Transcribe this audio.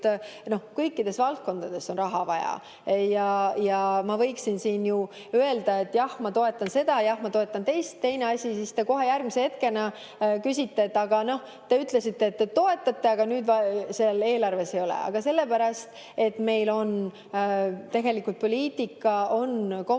kõikides valdkondades on raha vaja. Ma võiksin siin ju öelda, et jah, ma toetan seda, jah, ma toetan teist, aga siis te kohe järgmisel hetkel küsite, et aga te ütlesite, et te toetate, aga nüüd seal eelarves seda ei ole. Aga sellepärast, et tegelikult poliitika on kompromisside